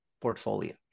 portfolio